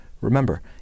Remember